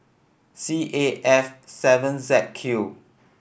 C A F seven Z Q